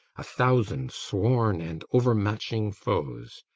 a thousand sworn and overmatching foes.